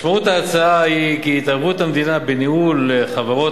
משמעות ההצעה היא כי התערבות המדינה בניהול חברות